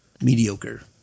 mediocre